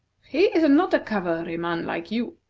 he is not a cavalryman like you,